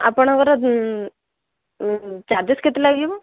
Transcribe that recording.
ଆପଣଙ୍କର ଚାର୍ଜେସ୍ କେତେ ଲାଗିଯିବ